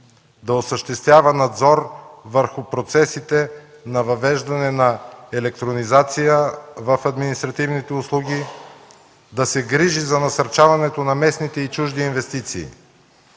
да осъществява надзор върху процесите на въвеждане на електронизация в административните услуги, да се грижи за насърчаването на местните и чужди инвестиции,